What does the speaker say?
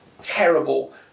terrible